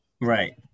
Right